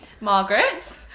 Margaret